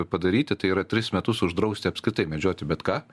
padaryti tai yra tris metus uždrausti apskritai medžioti bet ką